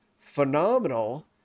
phenomenal